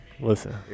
Listen